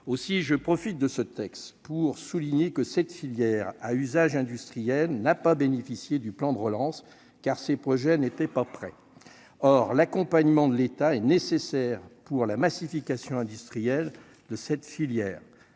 aussi je. Poursuite de ce texte pour souligner que cette filière à usage industriel n'a pas bénéficié du plan de relance, car ces projets n'étaient pas prêts, or l'accompagnement de l'État est nécessaire pour la massification industriels de cette filière,